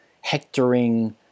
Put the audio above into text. hectoring